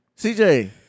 CJ